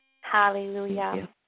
Hallelujah